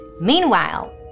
Meanwhile